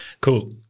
Cool